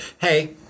Hey